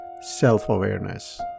self-awareness